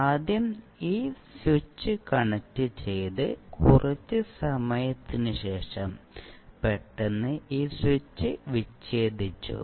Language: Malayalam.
ആദ്യം ഈ സ്വിച്ച് കണക്റ്റുചെയ്തു കുറച്ച് സമയത്തിന് ശേഷം പെട്ടെന്ന് ഈ സ്വിച്ച് വിച്ഛേദിച്ചു